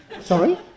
Sorry